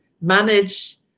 manage